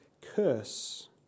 curse